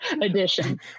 edition